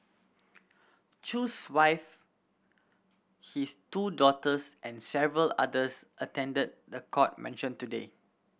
Chew's wife his two daughters and several others attended the court mention today